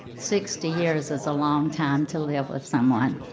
sixty years is a long time to live with someone.